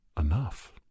enough